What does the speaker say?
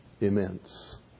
immense